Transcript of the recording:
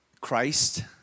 Christ